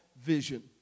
vision